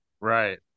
Right